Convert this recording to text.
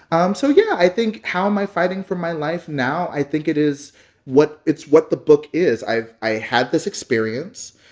um so yeah, i think how am i fighting for my life now? i think it is what it's what the book is. i had this experience.